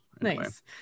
Nice